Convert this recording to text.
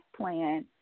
plan